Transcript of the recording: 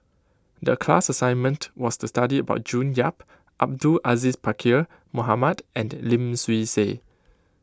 the class assignment was to study about June Yap Abdul Aziz Pakkeer Mohamed and Lim Swee Say